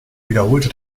wiederholte